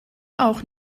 auch